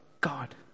God